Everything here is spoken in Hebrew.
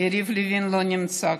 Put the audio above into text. יריב לוין לא נמצא כאן.